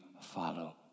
follow